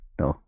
no